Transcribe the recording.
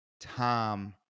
Tom